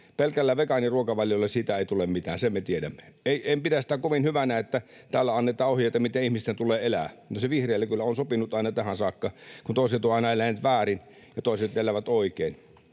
Pelkällä vegaaniruokavaliolla siitä ei tule mitään, sen me tiedämme. En pidä sitä kovin hyvänä, että täällä annetaan ohjeita, miten ihmisten tulee elää. No, se vihreille kyllä on sopinut aina tähän saakka, kun toiset ovat aina eläneet väärin ja toiset elävät oikein.